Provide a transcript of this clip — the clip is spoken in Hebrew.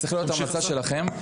צריך את המלצה שלכם.